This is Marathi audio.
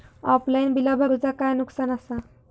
ऑफलाइन बिला भरूचा काय नुकसान आसा?